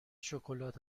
شکلات